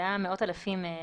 זה היה מאות אלפים.